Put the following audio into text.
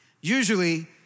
Usually